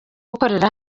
gukorera